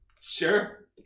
Sure